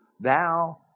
thou